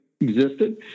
existed